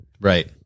Right